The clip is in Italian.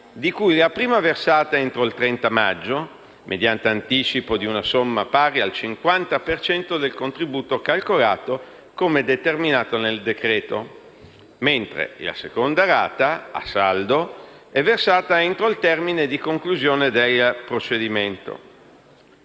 di cui la prima versata entro il 30 maggio, mediante anticipo di una somma pari al 50 per cento del contributo calcolato come determinato nel decreto; mentre la seconda rata, a saldo, è versata entro il termine di conclusione del procedimento.